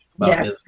yes